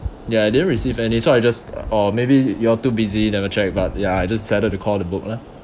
ya I didn't receive any so I just uh or maybe you are too busy never checked but ya I decided to call to book lah